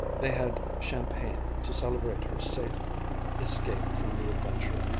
they had champagne to celebrate her safe escape from the adventure.